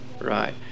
Right